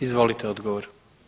Izvolite odgovor.